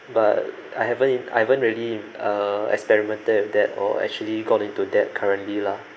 but I haven't I haven't really uh experimented with that or actually got into that currently lah